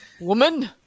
Woman